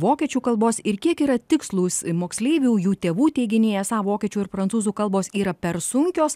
vokiečių kalbos ir kiek yra tikslūs moksleivių jų tėvų teiginiai esą vokiečių ir prancūzų kalbos yra per sunkios